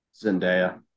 Zendaya